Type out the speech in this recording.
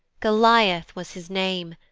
goliath was his name,